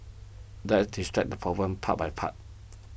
let's distract the problem part by part